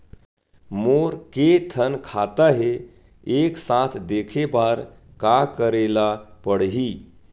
मोर के थन खाता हे एक साथ देखे बार का करेला पढ़ही?